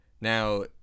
Now